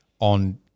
on